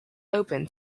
open